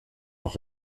auch